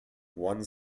one